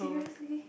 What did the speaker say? seriously